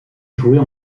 jouer